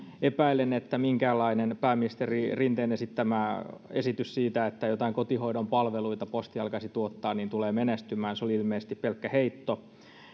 epäilen ettei minkäänlainen pääministeri rinteen esitys siitä että joitain kotihoidon palveluita posti alkaisi tuottaa tule menestymään se oli ilmeisesti pelkkä heitto